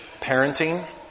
parenting